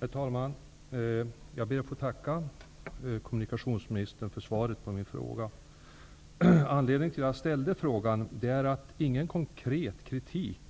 Herr talman! Jag ber att få tacka kommunikationsministern för svaret på min fråga. Anledningen till att jag ställde frågan är att ingen konkret kritik